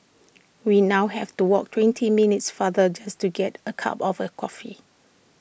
we now have to walk twenty minutes farther just to get A cup of A coffee